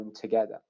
together